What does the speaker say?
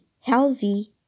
healthy